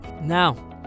now